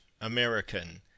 American